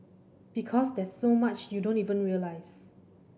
because there's so much you don't even realise